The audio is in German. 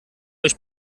euch